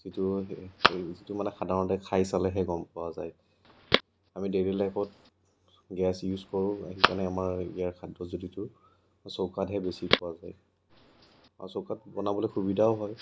যিটো সেই যিটো মানে সাধাৰণতে খাই চালেহে গম পোৱা যায় আমি ডেইলি লাইফত গেছ ইউজ কৰোঁ সেইকাৰণে আমাৰ ইয়াৰ খাদ্যৰ জুতিটো চৌকাতহে বেছি পোৱা যায় আৰু চৌকাত বনাবলৈ সুবিধাও হয়